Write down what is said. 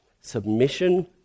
Submission